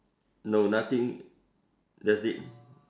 no nothing that's it